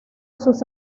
sus